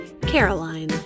Caroline